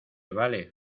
vale